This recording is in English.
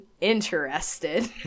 interested